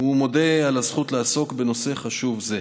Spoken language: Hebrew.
והוא מודה על הזכות לעסוק בנושא חשוב זה.